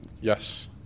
yes